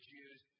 Jews